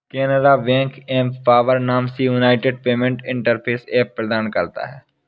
Canara bank empower नाम से unified payment interface app प्रदान करता हैं